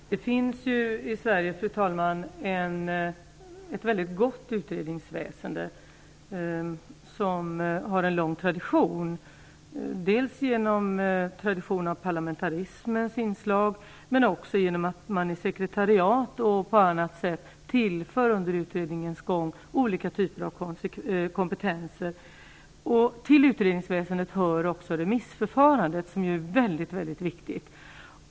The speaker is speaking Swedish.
Fru talman! Det finns ju i Sverige ett mycket gott utredningsväsende med en lång tradition dels av parlamentariska inslag, dels av att man i sekretariat under utredningens gång tillför olika typer av kompetenser. Till utredningsväsendet hör också remissförfarandet, som är mycket viktigt.